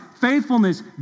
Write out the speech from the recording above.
faithfulness